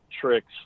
tricks